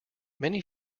many